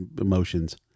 emotions